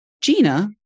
Gina